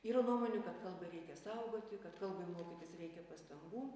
yra nuomonių kad kalbą reikia saugoti kad kalbai mokytis reikia pastangų